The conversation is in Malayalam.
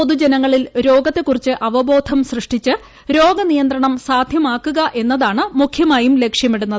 പൊതുജനങ്ങളിൽ രോഗത്തെക്കുറിച്ച് അവബോധം സൃഷ്ടിച്ച് രോഗനിയന്ത്രണം സാധ്യമാക്കുക എന്നതാണ് മുഖ്യമായും ലക്ഷ്യമിടുന്നത്